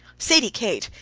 sadie kate,